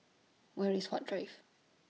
Where IS Huat Drive